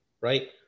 right